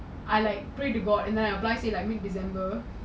I like pray to god and then I apply say like mid december